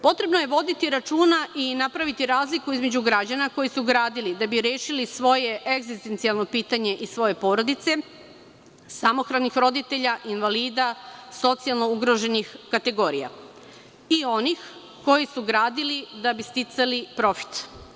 Potrebno je voditi računa i napraviti razliku između građana koji su gradili da bi rešili svoje egzistencijalno pitanje i svoje porodice, samohranih roditelja, invalida, socijalno ugroženih kategorija i onih koji su gradili da bi sticali profit.